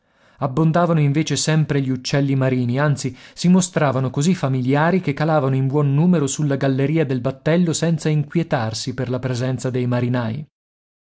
abbondavano invece sempre gli uccelli marini anzi si mostravano così familiari che calavano in buon numero sulla galleria del battello senza inquietarsi per la presenza dei marinai